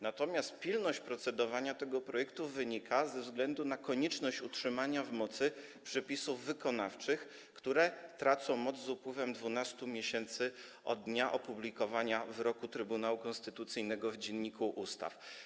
Natomiast pilność procedowania tego projektu wynika z konieczności utrzymania w mocy przepisów wykonawczych, które tracą moc z upływem 12 miesięcy od dnia opublikowania wyroku Trybunału Konstytucyjnego w Dzienniku Ustaw.